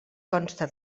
consta